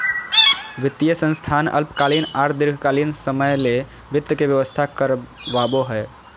वित्तीय संस्थान अल्पकालीन आर दीर्घकालिन समय ले वित्त के व्यवस्था करवाबो हय